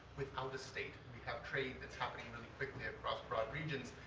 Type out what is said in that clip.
without a state? we have trade that's happening really quickly across broad regions.